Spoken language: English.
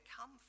come